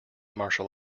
martial